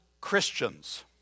Christians